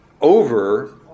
over